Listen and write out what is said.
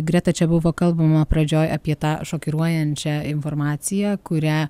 greta čia buvo kalbama pradžioj apie tą šokiruojančią informaciją kurią